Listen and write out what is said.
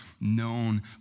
known